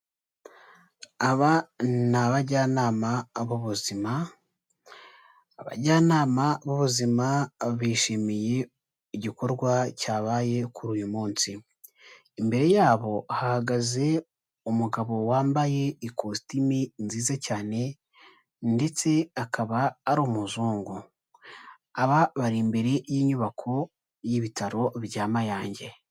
Aba ni abajyanama b'ubuzima, abajyanama b'ubuzima bishimiye igikorwa cyabaye kuri uyu munsi. Imbere yabo hahagaze umugabo wambaye ikositime nziza cyane, ndetse akaba ari umuzungu. Aba bari imbere y'inyubako y'ibitaro bya Mayange.